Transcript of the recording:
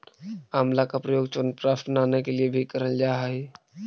आंवला का प्रयोग च्यवनप्राश बनाने के लिए भी करल जा हई